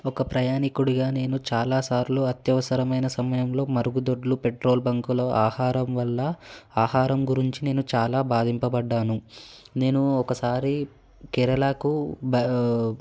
ఒక ప్రయాణికుడిగా నేను చాలాసార్లు అత్యవసరమైన సమయంలో మరుగుదొడ్లు పెట్రోల్ బంకులో ఆహారం వల్ల ఆహారం గురించి నేను చాలా బాధింపబడ్డాను నేను ఒకసారి కేరళాకు